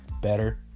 better